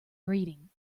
reading